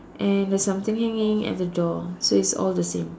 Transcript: and there's something hanging at the door so it's all the same